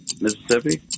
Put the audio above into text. Mississippi